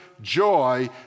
joy